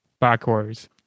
backwards